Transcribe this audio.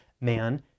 man